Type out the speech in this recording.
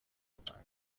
rwanda